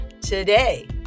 today